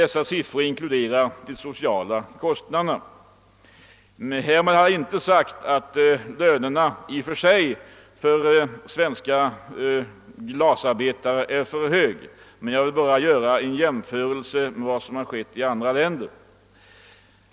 Dessa siffror inkluderar de sociala kostnaderna. Härmed har jag inte sagt att lönerna för svenska glasarbetare i och för sig är för höga, men jag ville göra en jämförelse med förhållandena i andra länder.